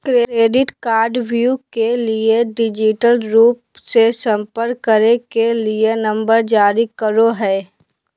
credit कार्डव्यू के लिए डिजिटल रूप से संपर्क करे के लिए नंबर जारी करो हइ